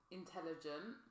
intelligent